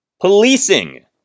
policing